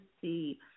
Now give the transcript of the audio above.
see